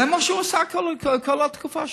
זה מה שהוא עשה כל התקופה שלו.